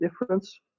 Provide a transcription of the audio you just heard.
difference